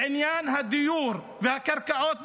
בעניין הדיור והקרקעות,